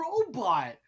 robot